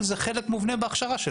מנהל תחום שירותי חירום והצלה.